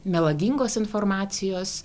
melagingos informacijos